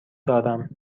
دارم